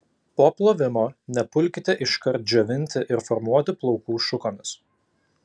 po plovimo nepulkite iškart džiovinti ir formuoti plaukų šukomis